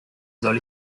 soll